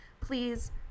please